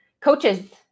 coaches